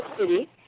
city